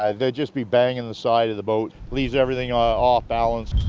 um they'd just be banging the side of the boat, leaves everything off balance.